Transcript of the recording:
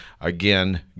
Again